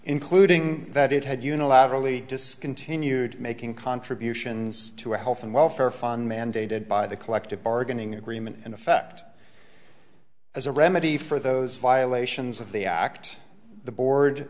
including that it had unilaterally discontinued making contributions to a health and welfare fund mandated by the collective bargaining agreement in effect as a remedy for those violations of the act the board